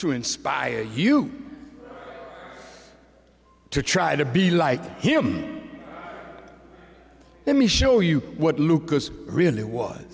to inspire you to try to be like him let me show you what lucas really w